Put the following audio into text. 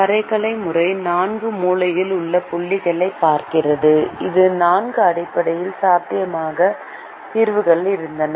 வரைகலை முறை நான்கு மூலையில் உள்ள புள்ளிகளைப் பார்க்கிறது இது நான்கு அடிப்படை சாத்தியமான தீர்வுகளாக இருந்தது